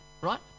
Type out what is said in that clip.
right